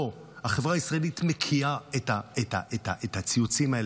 לא, החברה הישראלית מקיאה את הציוצים האלה,